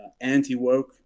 anti-woke